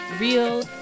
real